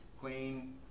clean